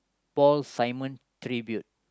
Paul-Simon tribute